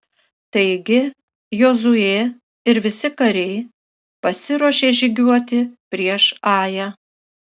taigi jozuė ir visi kariai pasiruošė žygiuoti prieš ają